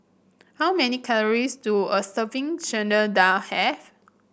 how many calories do a serving Chana Dal have